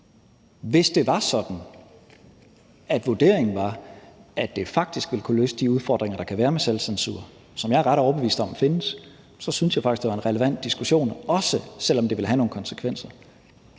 Hvis det var sådan, at vurderingen var, at det faktisk ville kunne løse de udfordringer, der kan være med selvcensur, som jeg er ret overbevist om findes, så synes jeg faktisk, det var en relevant diskussion, også selv om det ville have nogle konsekvenser.